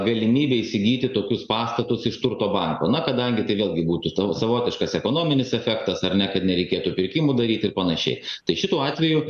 galimybė įsigyti tokius pastatus iš turto banko na kadangi tai vėlgi būtų to savotiškas ekonominis efektas ar ne kad nereikėtų pirkimų daryt ir panašiai tai šituo atveju